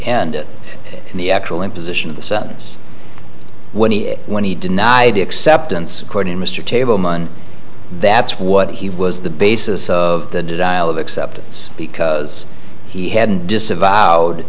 end in the actual imposition of the sentence when he when he denied acceptance according to mr table that's what he was the basis of the dial of acceptance because he had disavowed